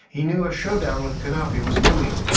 he knew a showdown with gaddafi was looming,